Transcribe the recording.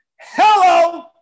Hello